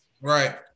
Right